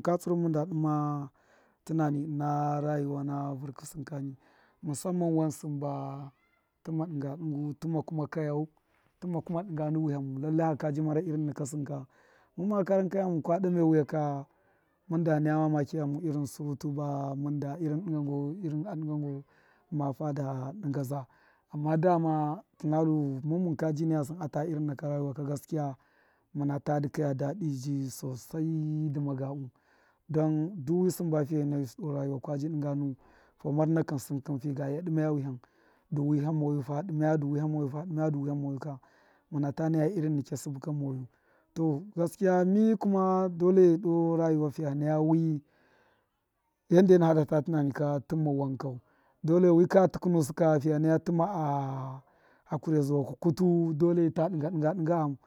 ka tsiruwun mun da dṫma tunani ṫna rayuwa na vṫrkṫ sṫn kani musamma wai sṫn ba du tṫma dṫnga dṫngu tume kayau tuma kuma dṫnga nu wihamu lalla haka ji mara irin naka sṫn ka muma karan kaye ghamuwun kwa dame wiya ka mun da naya mamakṫya ghamuwun irin surutu ba munda irin dṫnga ngau ma fada dṫnga za amma dama muna lu mun mun kabi naya sṫn a irin naka rayuwa ka gaskiya muna ta dṫkaya dadṫ ji sosai dṫma gabṫ don du wi sṫnba fiye nayu sṫ doo rayuwa kwa ji dṫnga n fa mar nakṫn sṫn kṫn fi ga iya dṫmaya wiham du wiham mayu fa dṫmaya du wiham moyu kani muna ta naya irin nikya sṫbṫ ka moyu to mi kuma dole doo rayuwa fiya naya wi yanda e fada ta tunani ka tuma wankau dole fiya nay aka tukṫnusṫ ka fiya naya tuma a hakuriya zuwakṫ kulu dole ta dṫnga dṫnga dingṫ a gham.